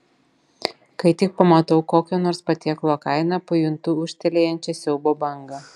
kai tik pamatau kokio nors patiekalo kainą pajuntu ūžtelėjančią siaubo bangą